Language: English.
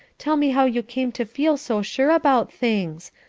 tell me how you came to feel so sure about things.